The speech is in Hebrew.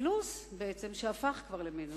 הפלוס, בעצם, שהפך כבר למינוס.